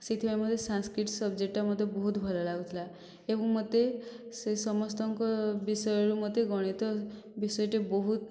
ସେଥିପାଇଁ ମତେ ସାଂସ୍କ୍ରିତ ସବଜେକ୍ଟ ମୋତେ ବହୁତ ଭଲ ଲାଗୁଥିଲା ଏବଂ ମୋତେ ସେହି ସମସ୍ତଙ୍କ ବିଷୟରୁ ମୋତେ ଗଣିତ ବିଷୟଟି ବହୁତ